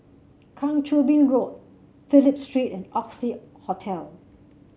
Kang Choo Bin Road Phillip Street and Oxley Hotel